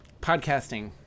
Podcasting